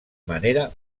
manera